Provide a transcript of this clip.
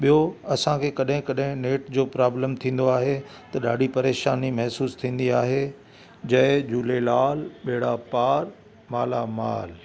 ॿियो असांखे कॾहिं कॾहिं नेट जो प्रोब्लम थींदो आहे त ॾाढी परेशानी महिसूसु थींदी आहे जय झूलेलाल ॿेड़ा पार मालामाल